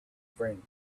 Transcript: friend